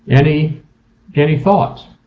any any thoughts?